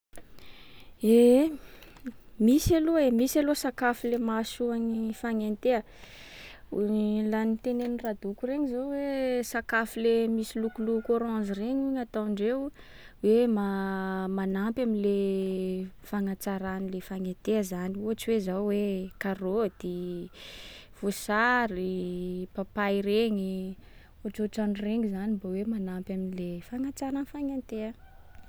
Ehe, misy aloha e, misy aloha sakafo le mahasoa gny fagnenteha laha ny tenenin 地 y radoko regny zao hoe sakafo le misy lokoloko orange regny hono ataondreo hoe ma- manampy am 値 e fagnatsaran 値 e fagnenteha zany ohatry hoe zao hoe karaoty, voasary, papay regny. Ohatrohatran 池 egny zany mba hoe manampy am 値 e fagnatsara fagnenteha.